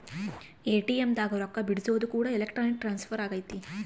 ATM ದಾಗ ರೊಕ್ಕ ಬಿಡ್ಸೊದು ಕೂಡ ಎಲೆಕ್ಟ್ರಾನಿಕ್ ಟ್ರಾನ್ಸ್ಫರ್ ಅಗೈತೆ